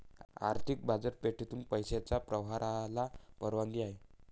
आर्थिक बाजारपेठेतून पैशाच्या प्रवाहाला परवानगी आहे